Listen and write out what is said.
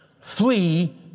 Flee